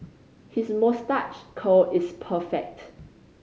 his moustache curl is perfect